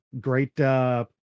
great